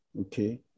okay